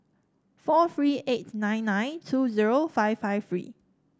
four three eight nine nine two zero five five three